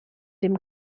dem